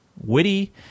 witty